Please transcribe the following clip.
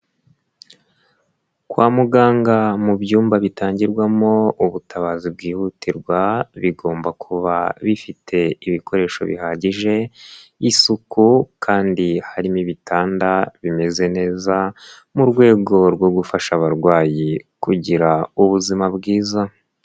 Kwa muganga mu byumba bitangirwamo ubutabazi bwihutirwa, bigomba kuba bifite ibikoresho bihagije, isuku kandi harimo ibitanda bimeze neza mu rwego rwo gufasha abarwayi kugira ubuzima bwiza.